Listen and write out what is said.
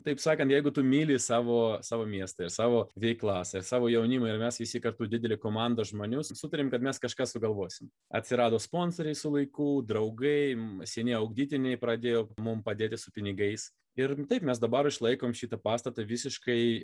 taip sakant jeigu tu myli savo savo miestą ir savo veiklas ir savo jaunimą ir mes visi kartu didelė komanda žmonių susitarėm kad mes kažką sugalvosim atsirado sponsoriai su laiku draugai seni ugdytiniai pradėjo mums padėti su pinigais ir taip mes dabar išlaikom šitą pastatą visiškai